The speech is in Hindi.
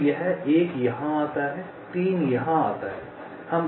तो यह 1 यहां आता है 3 यहां आता है